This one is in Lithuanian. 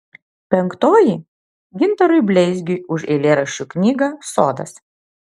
penktoji gintarui bleizgiui už eilėraščių knygą sodas